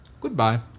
Goodbye